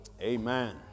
Amen